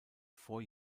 vor